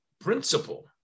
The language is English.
principle